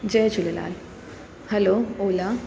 Jay Jhulelal hello Ola